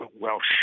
Welsh